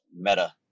meta